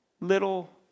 little